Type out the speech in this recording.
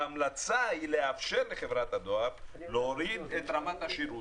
ההמלצה היא לאפשר לחברת הדואר להוריד את רמת השירות.